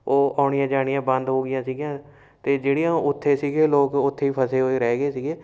ਉਹ ਆਉਣੀਆਂ ਜਾਣੀਆਂ ਬੰਦ ਹੋ ਗਈਆਂ ਸੀਗੀਆਂ ਅਤੇ ਜਿਹੜੀਆਂ ਉੱਥੇ ਸੀਗੇ ਲੋਕ ਉੱਥੇ ਹੀ ਫਸੇ ਹੋਏ ਰਹਿ ਗਏ ਸੀਗੇ